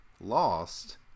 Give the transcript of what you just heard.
lost